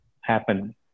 happen